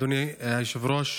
אדוני היושב-ראש,